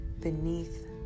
beneath